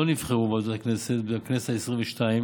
נבחרו ועדות הכנסת בכנסת העשרים-ושתיים